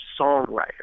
songwriter